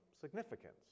significance